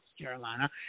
Carolina